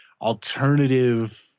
alternative